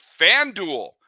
FanDuel